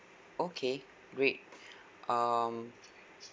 okay great um